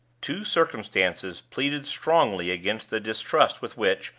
two circumstances pleaded strongly against the distrust with which,